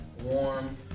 warm